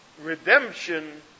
redemption